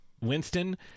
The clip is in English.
Winston